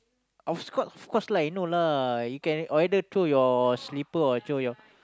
of course of course lah you know lah you can either throw your slipper or throw your